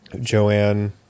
Joanne